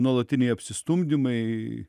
nuolatiniai apsistumdymai